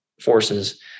forces